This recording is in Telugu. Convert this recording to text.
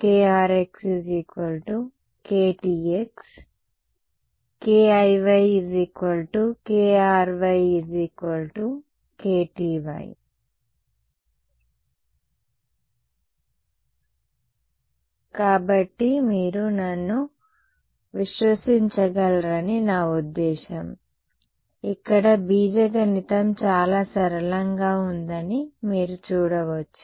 krx ktx kiy kry kty కాబట్టి మీరు నన్ను విశ్వసించగలరని నా ఉద్దేశ్యం ఇక్కడ బీజగణితం చాలా సరళంగా ఉందని మీరు చూడవచ్చు